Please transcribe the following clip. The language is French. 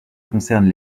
concerne